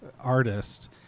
artist